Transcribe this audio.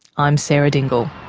i'm sarah dingle.